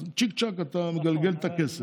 אז צ'יק-צ'ק אתה מגלגל את הכסף,